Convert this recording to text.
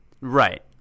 Right